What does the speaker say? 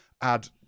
add